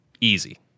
Easy